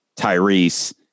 Tyrese